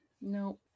no